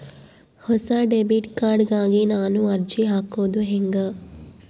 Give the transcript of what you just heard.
ಹೊಸ debit card ಗಾಗಿ ನಾನು ಅರ್ಜಿ ಹಾಕೊದು ಹೆಂಗ?